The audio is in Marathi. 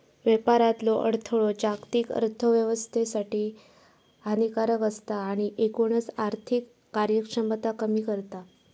व्यापारातलो अडथळो जागतिक अर्थोव्यवस्थेसाठी हानिकारक असता आणि एकूणच आर्थिक कार्यक्षमता कमी करता